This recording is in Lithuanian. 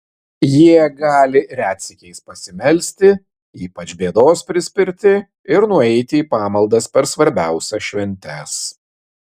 jie gali retsykiais pasimelsti ypač bėdos prispirti ir nueiti į pamaldas per svarbiausias šventes